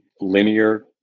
linear